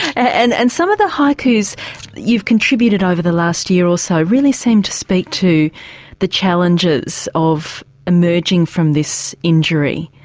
and and some of the haikus you've contributed over the last year or so really seem to speak to the challenges of emerging from this injury.